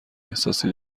احساسی